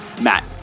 Matt